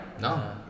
No